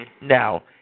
Now